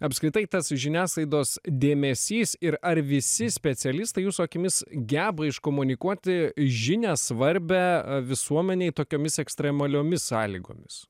apskritai tas žiniasklaidos dėmesys ir ar visi specialistai jūsų akimis geba iškomunikuoti žinią svarbią visuomenei tokiomis ekstremaliomis sąlygomis